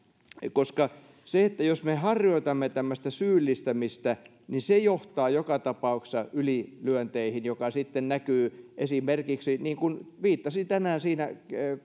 koska jos me harjoitamme tämmöistä syyllistämistä niin se johtaa joka tapauksessa ylilyönteihin mikä sitten näkyy esimerkiksi siten mihin viittasin tänään siinä